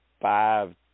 five